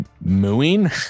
mooing